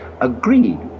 agreed